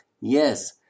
Yes